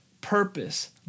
Purpose